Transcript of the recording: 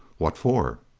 what for?